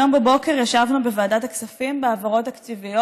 היום בבוקר ישבנו בוועדת הכספים בהעברות תקציביות.